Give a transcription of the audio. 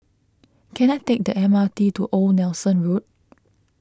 can I take the M R T to Old Nelson Road